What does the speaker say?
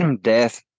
death